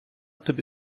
тобі